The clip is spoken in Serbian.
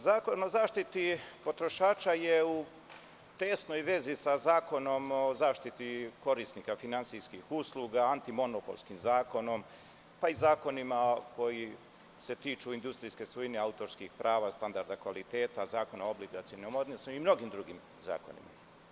Zakon o zaštiti potrošača je u tesnoj vezi sa Zakonom o zaštiti korisnika finansijskih usluga, antimonopolskim zakonom, pa i zakonima koji se tiču industrijske svojine autorskih prava, standarda kvaliteta, Zakona o obligacionim odnosima i mnogim drugim zakonima.